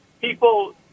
people